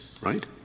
right